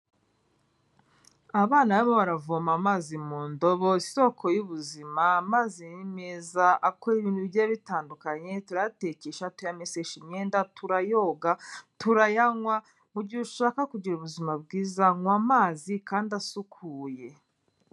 Abana barimo baravoma amazi mu ndobo, isoko y'ubuzima, amazi ni meza, akora ibintu bigiye bitandukanye, turayatekesha, tuyamesesha imyenda, turayoga, turayanywa, mu gihe ushaka kugira ubuzima bwiza nywa amazi kandi asukuye.